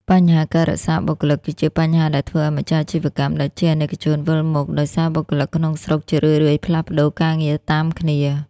បញ្ហា "ការរក្សាបុគ្គលិក"គឺជាបញ្ហាដែលធ្វើឱ្យម្ចាស់អាជីវកម្ម ដែលជាអាណិកជនវិលមុខ ដោយសារបុគ្គលិកក្នុងស្រុកជារឿយៗផ្លាស់ប្តូរការងារតាមគ្នា។